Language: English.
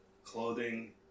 clothing